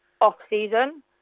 off-season